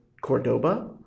Cordoba